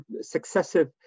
successive